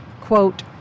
quote